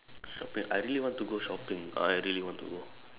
shopping I really want to go shopping I really want to go